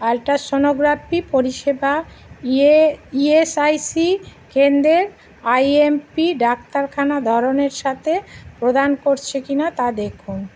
ultrasonography পরিষেবা ইয়ে E S I C কেন্দ্রের আই এম পি ডাক্তারখানা ধরনের সাথে প্রদান করছে কি না তা দেখুন